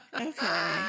Okay